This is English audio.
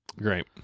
Great